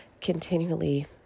continually